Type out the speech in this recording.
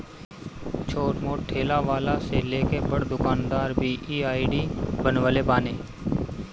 छोट मोट ठेला वाला से लेके बड़ दुकानदार भी इ आई.डी बनवले बाने